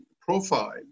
profile